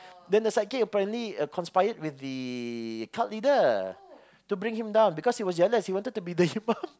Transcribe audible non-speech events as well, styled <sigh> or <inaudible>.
then the sidekick apparently conspired with the cult leader to bring him down because he was jealous he wanted to be the imam <laughs>